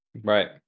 Right